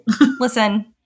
Listen